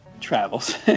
travels